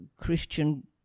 Christian